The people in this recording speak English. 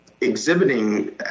exhibiting